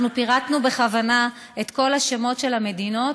אנחנו פירטנו בכוונה את כל השמות של המדינות,